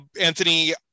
Anthony